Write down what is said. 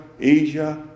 Asia